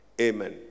Amen